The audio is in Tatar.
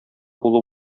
улы